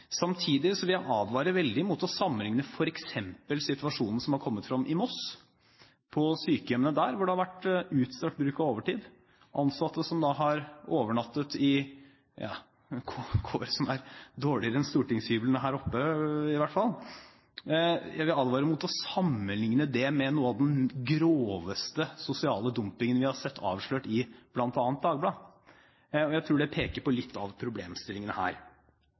Samtidig vil jeg advare veldig mot å sammenligne f.eks. situasjonen som har blitt avdekket på sykehjemmene i Moss, hvor det har vært utstrakt bruk av overtid, og ansatte som har overnattet under kår som i hvert fall er dårligere enn stortingshyblene her oppe, med noe av den groveste sosiale dumpingen vi har sett, avslørt i bl.a. Dagbladet. Jeg tror det peker på litt av problemstillingene her.